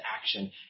action